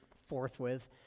forthwith